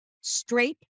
straight